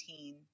2019